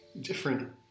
different